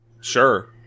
sure